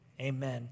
amen